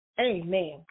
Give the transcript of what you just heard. amen